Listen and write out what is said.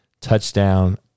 Touchdown